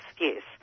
yes